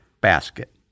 basket